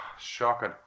shocking